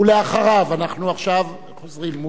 אחריו, אנחנו עכשיו חוזרים.